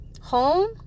Home